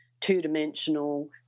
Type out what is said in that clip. two-dimensional